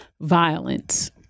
violence